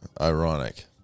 ironic